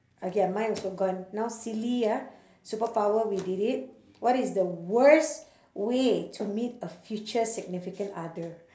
okay ah mine also gone now silly ah superpower we did it what is the worst way to meet a future significant other